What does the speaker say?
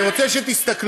אני רוצה שתסתכלו.